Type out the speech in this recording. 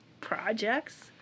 projects